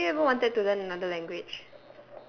wait have you ever wanted to learn another language